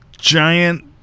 giant